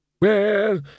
Well—